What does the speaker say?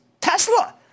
Tesla